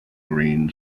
green